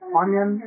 onion